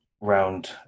round